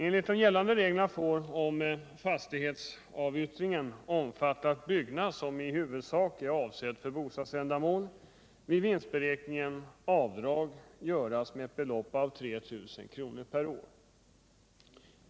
Enligt de gällande reglerna får, om fastighetsavyttringen omfattat byggnad som i huvudsak är avsedd för bostadsändamål, vid vinstberäkningen avdrag göras med ett belopp av 3 000 kr. per år.